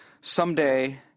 someday